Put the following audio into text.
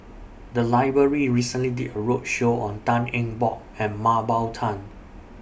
The Library recently did A roadshow on Tan Eng Bock and Mah Bow Tan